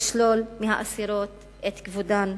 לשלול מהאסירות את כבודן.